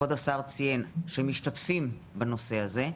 שהשר ציין, שמשתתפים בנושא הזה,